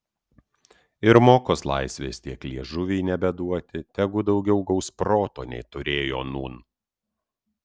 ir mokos laisvės tiek liežuviui nebeduoti tegu daugiau gaus proto nei turėjo nūn